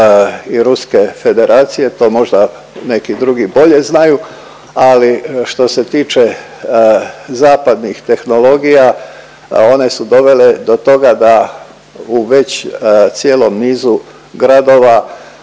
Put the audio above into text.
i Ruske Federacije to možda neki drugi bolje znaju, ali što se tiče zapadnih tehnologija one su dovele do toga da u već u cijelom nizu gradova